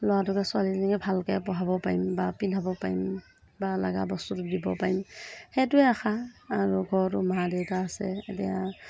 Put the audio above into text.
ল'ৰাটোকে ছোৱালীজনীকে ভালকৈ পঢ়াব পাৰিম বা পিন্ধাব পাৰিম বা লগা বস্তুটো দিব পাৰিম সেইটোৱে আশা আৰু ঘৰতো মা দেউতা আছে এতিয়া